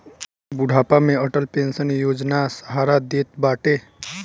बुढ़ापा में अटल पेंशन योजना सहारा देत बाटे